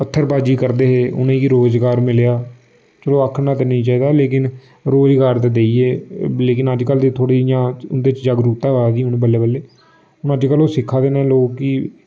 पत्थरबाजी करदे हे उ'नेंगी रोजगार मिलेआ चलो आखना ते नेईं चाहिदा लेकिन रोजगार ते देइयै लेकिन अज्जकल दे थोह्ड़े इ'यां जागरूकता आ दी हून बल्लें बल्लें हून अज्जकल ओह् सिक्खा दे न लोक कि